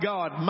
God